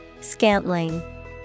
scantling